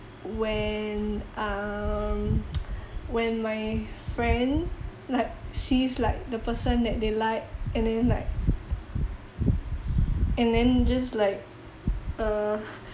when um when my friend like sees like the person that they like and then like and then just like uh